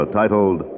titled